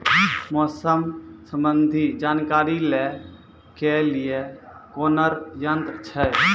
मौसम संबंधी जानकारी ले के लिए कोनोर यन्त्र छ?